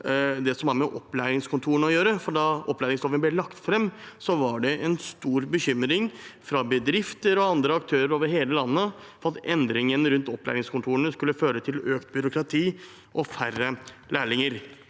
som har med opplæringskontorene å gjøre. Da opplæringsloven ble lagt fram, var det stor bekymring fra bedrifter og andre aktører over hele landet for at endringen rundt opplæringskontorene skulle føre til økt byråkrati og færre lærlinger.